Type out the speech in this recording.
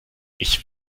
ich